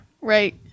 Right